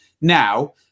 now